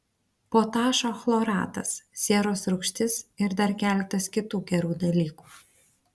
potašo chloratas sieros rūgštis ir dar keletas kitų gerų dalykų